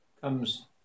comes